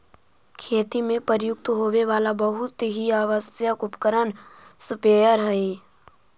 खेती में प्रयुक्त होवे वाला बहुत ही आवश्यक उपकरण स्प्रेयर हई